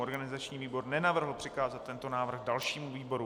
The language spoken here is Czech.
Organizační výbor nenavrhl přikázat tento návrh dalšímu výboru.